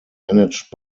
managed